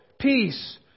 peace